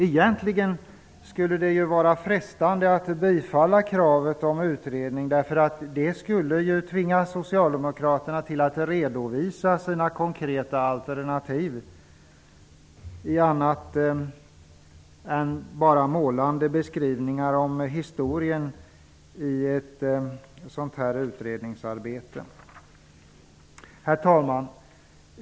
Egentligen skulle det vara frestande att bifalla kravet på utredning. Socialdemokraterna skulle tvingas att redovisa sina konkreta alternativ i annat än målande beskrivningar om historien i ett sådant utredningsarbete. Herr talman!